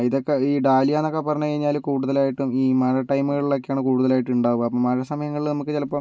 ഇതൊക്കെ ഈ ഡാലിയയെന്നൊക്കെ പറഞ്ഞു കഴിഞ്ഞാൽ കൂടുതലായിട്ടും ഈ മഴ ടൈമുകളിലൊക്കെയാണ് കൂടുതലായിട്ട് ഉണ്ടാവുക അപ്പം മഴ സമയങ്ങളിൽ നമുക്ക് ചിലപ്പോൾ